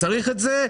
שצריך את זה,